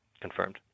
confirmed